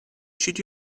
should